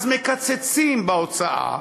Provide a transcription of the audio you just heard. אז מקצצים בהוצאה,